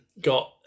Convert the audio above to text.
got